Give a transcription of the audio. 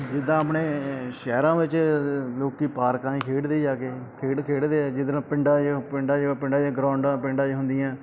ਜਿੱਦਾਂ ਆਪਣੇ ਏ ਸ਼ਹਿਰਾਂ ਵਿੱਚ ਲੋਕੀ ਪਾਰਕਾਂ ਦੀ ਖੇਡਦੇ ਜਾ ਕੇ ਖੇਡ ਖੇਡਦੇ ਆ ਜਿਹਦੇ ਨਾਲ ਪਿੰਡਾਂ 'ਚ ਪਿੰਡਾਂ 'ਚ ਪਿੰਡਾਂ 'ਚ ਗਰਾਊਂਡਾਂ ਪਿੰਡਾਂ ਚ ਹੁੰਦੀਆਂ